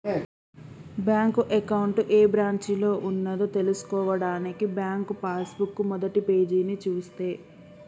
bank account ఏ బ్రాంచిలో ఉన్నదో తెల్సుకోవడానికి బ్యాంకు పాస్ బుక్ మొదటిపేజీని చూస్తే